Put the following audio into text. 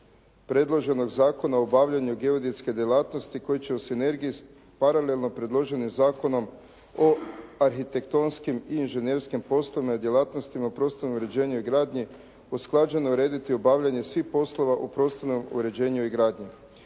predloženog Zakona o obavljanju geodetske djelatnosti koji će u sinergiji s paralelno predloženim Zakonom o arhitektonskim i inženjerskim poslovima i djelatnostima u prostornom uređenju i gradnji usklađeno urediti obavljanje svih poslova u prostornom uređenju i gradnji.